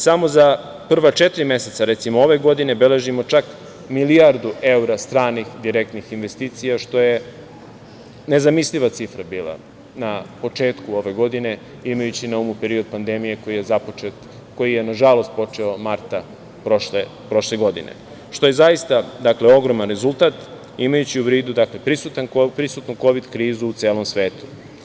Samo za prva četiri meseca ove godine beležimo čak milijardu evra stranih direktnih investicija, što je nezamisliva cifra bila na početku ove godine, imajući na umu period pandemije koji je, nažalost, počeo marta prošle godine, što je zaista ogroman rezultat, imajući u vidu prisutnu kovid krizu u celom svetu.